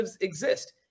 exist